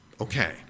Okay